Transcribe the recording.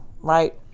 right